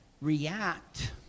react